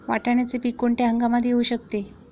वाटाण्याचे पीक कोणत्या हंगामात येऊ शकते?